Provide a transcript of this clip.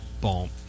boom